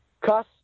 cuss